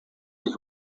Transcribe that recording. east